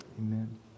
Amen